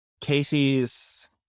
Casey's